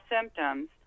symptoms